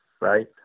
right